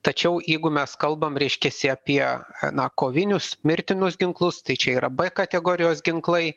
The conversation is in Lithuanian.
tačiau jeigu mes kalbam reiškiasi apie na kovinius mirtinus ginklus tai čia yra b kategorijos ginklai